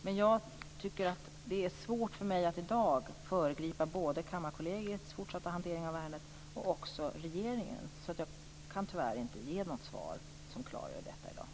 Men det är svårt för mig att i dag föregripa både Kammarkollegiets och regeringens fortsatta hantering av ärendet, så jag kan tyvärr inte ge något svar som klargör detta i dag.